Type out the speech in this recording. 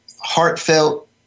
heartfelt